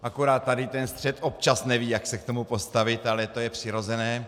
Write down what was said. Akorát tady ten střed občas neví, jak se k tomu postavit, ale to je přirozené.